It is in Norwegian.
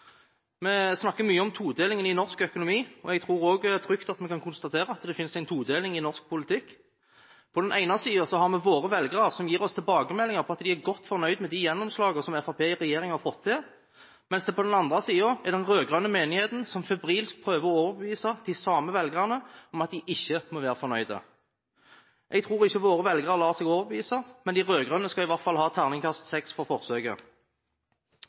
Vi snakker mye om todelingen i norsk økonomi, og jeg tror også at vi trygt kan konstatere at det finnes en todeling i norsk politikk. På den ene siden har vi våre velgere som gir oss tilbakemeldinger på at de er godt fornøyde med de gjennomslagene som Fremskrittspartiet har fått til i regjering, men på den andre siden er den rød-grønne menigheten, som febrilsk prøver å overbevise de samme velgerne om at de ikke må være fornøyde. Jeg tror ikke våre velgere lar seg overbevise, men de rød-grønne skal i hvert fall ha terningkast seks for forsøket.